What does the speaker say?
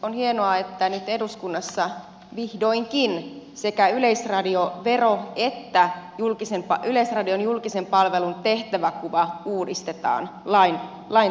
on hienoa että nyt eduskunnassa vihdoinkin sekä yleisradiovero että yleisradion julkisen palvelun tehtäväkuva uudistetaan lain tasolla